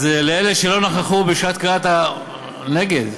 אז לאלה שלא נכחו בשעת קריאת, נגד,